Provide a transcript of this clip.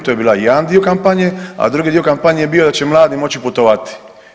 To je bio jedan dio kampanje, a drugi dio kampanje je bio da će mladi moći putovati.